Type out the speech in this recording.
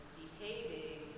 behaving